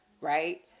Right